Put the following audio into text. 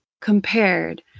compared